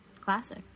Classic